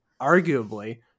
arguably